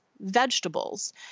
vegetables